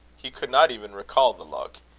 he could not even recall the look.